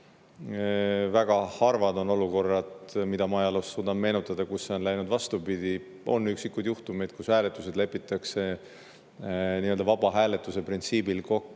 Väga harvad on olukorrad, mida ma ajaloost suudan meenutada, kus on läinud vastupidi. On üksikuid juhtumeid, kus lepitakse nii-öelda vaba hääletuse printsiibis kokku,